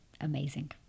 Amazing